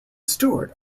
steward